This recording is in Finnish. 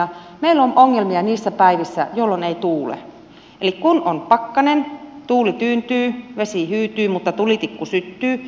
meillä on ongelmia niinä päivinä jolloin ei tuule eli kun on pakkanen tuuli tyyntyy vesi hyytyy mutta tulitikku syttyy